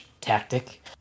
tactic